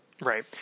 Right